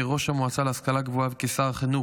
כראש המועצה להשכלה גבוהה וכשר החינוך,